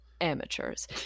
amateurs